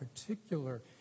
particular